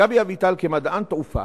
גבי אביטל, כמדען תעופה